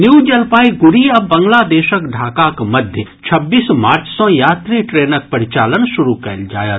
new Jalpaiguri आ बांग्लादेशक ढाकाक मध्य छब्बीस मार्च सँ यात्री ट्रेनक परिचालन शुरू कयल जायत